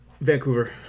Vancouver